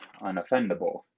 unoffendable